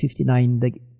59